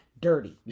dirty